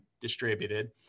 distributed